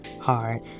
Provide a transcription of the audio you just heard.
hard